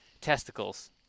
testicles